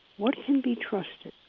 what can be trusted?